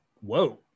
whoa